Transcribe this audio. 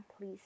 please